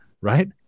right